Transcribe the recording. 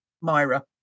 Myra